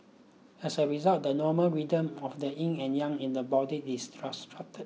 as a result the normal rhythm of the Yin and Yang in the body is disrupted